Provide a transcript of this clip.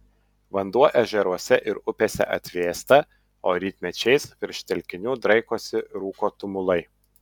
vanduo ežeruose ir upėse atvėsta o rytmečiais virš telkinių draikosi rūko tumulai